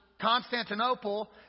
Constantinople